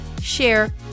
share